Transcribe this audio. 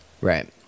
Right